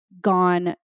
gone